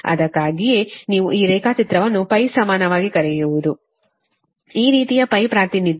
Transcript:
ಇದಕ್ಕಾಗಿಯೇ ನೀವು ಈ ರೇಖಾಚಿತ್ರವನ್ನು ಸಮನಾಗಿ ಕರೆಯುವುದು ಈ ರೀತಿಯ ಪ್ರಾತಿನಿಧ್ಯ